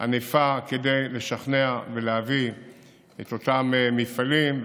ענפה כדי לשכנע ולהביא את אותם מפעלים.